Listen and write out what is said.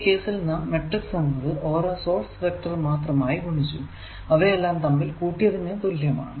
ഈ കേസിൽ നാം മാട്രിക്സ് എന്നത് ഓരോ സോഴ്സ് വെക്റ്റർ മാത്രമായി ഗുണിച്ചു അവയെല്ലാം തമ്മിൽ കൂട്ടിയതിനു തുല്യമാണ്